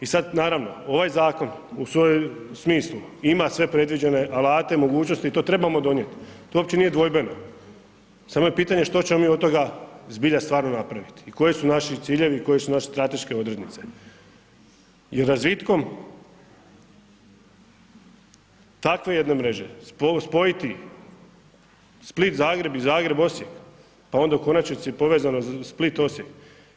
I sad, naravno, ovaj zakon u svom smislu ima sve predviđene alate, mogućnosti i to trebamo donijet, to uopće nije dvojbeno, samo je pitanje što ćemo mi od toga zbilja stvarno napraviti i koji su naši ciljevi i koje su naše strateške odrednice jer razvitkom takve jedne mreže, spojiti Split-Zagreb i Zagreb-Osijek, pa onda u konačnici povezano Split-Osijek,